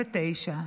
בן 49,